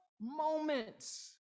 moments